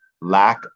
lack